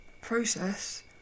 process